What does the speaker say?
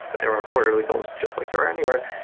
but there are quarterly goals just like there are anywhere.